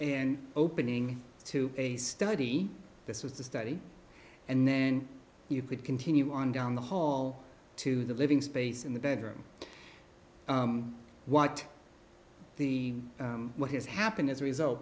an opening to a study this was the study and then you could continue on down the hall to the living space in the bedroom what the what has happened as a result